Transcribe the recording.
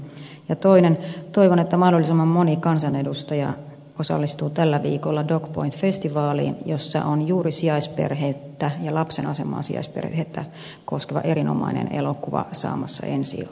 toiseksi toivon että mahdollisimman moni kansanedustaja osallistuu tällä viikolla docpoint festivaaliin missä on juuri sijaisperhettä ja lapsen asemaa sijaisperheessä koskeva erinomainen elokuva saamassa ensi iltansa